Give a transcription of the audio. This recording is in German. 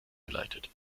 geleitet